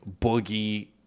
boogie-